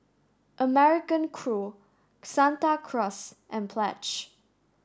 American Crew Santa Cruz and Pledge